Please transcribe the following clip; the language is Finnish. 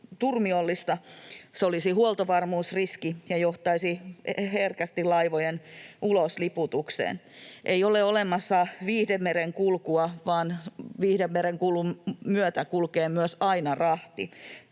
turmiollista, se olisi huoltovarmuusriski ja johtaisi herkästi laivojen ulosliputukseen. Ei ole olemassa viihdemerenkulkua, vaan viihdemerenkulun myötä kulkee myös aina rahti.